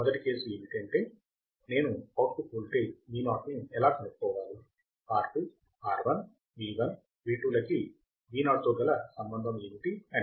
మొదటి కేసు ఏమిటంటే నేను ఔట్పుట్ వోల్టేజ్ Vo ని ఎలా కనుక్కోవాలి R2 R1 V1 V2 లకి Voతో గల సంబంధం ఏమిటి అని